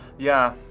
yeah,